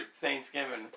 Thanksgiving